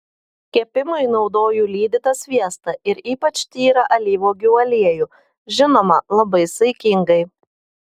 kepimui naudoju lydytą sviestą ir ypač tyrą alyvuogių aliejų žinoma labai saikingai